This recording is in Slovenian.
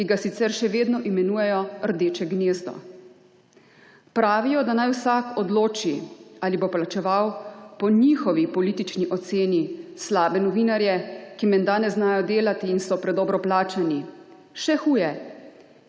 ki ga sicer še vedno imenujejo rdeče gnezdo. Pravijo, da naj vsak odloči, ali bo plačeval po njihovi politični oceni slabe novinarje, ki menda ne znajo delati in so predobro plačani. Še huje,